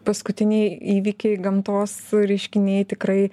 paskutiniai įvykiai gamtos reiškiniai tikrai